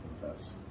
confess